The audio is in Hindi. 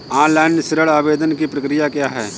ऑनलाइन ऋण आवेदन की प्रक्रिया क्या है?